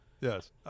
yes